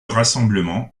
rassemblement